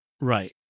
Right